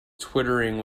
twittering